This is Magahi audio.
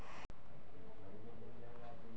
विकासशील देशेर विका स वहाक कर्ज स बाहर निकलवा सके छे